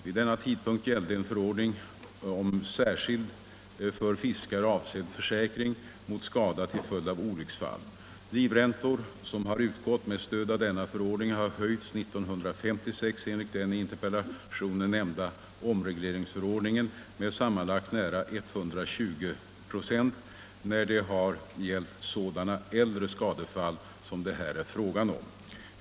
Vid denna tidpunkt gällde en förordning om särskild för fiskare avsedd försäkring mot skada till följd av olycksfall. Livräntor som har utgått med stöd av denna förordning har höjts 1956 enligt den i interpellationen nämnda omregleringsförordningen med sammanlagt nära 120 96 när det har gällt sådana äldre skadefall som det här är fråga om.